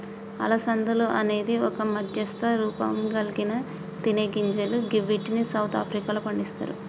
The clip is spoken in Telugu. అలసందలు అనేది ఒక మధ్యస్థ రూపంకల్గిన తినేగింజలు గివ్విటిని సౌత్ ఆఫ్రికాలో పండిస్తరు